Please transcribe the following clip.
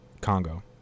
Congo